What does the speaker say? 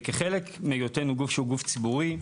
וכחלק מהיותנו גוף שהוא גוף ציבורי,